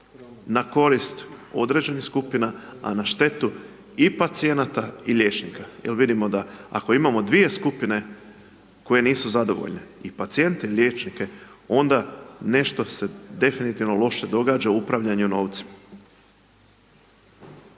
na korist određenih skupina, a na štetu i pacijenata i liječnika jel vidimo da ako imamo dvije skupine koje nisu zadovoljne i pacijente i liječnike, onda nešto se definitivno loše događa upravljanjem novcem.